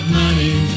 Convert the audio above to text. money